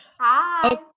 Hi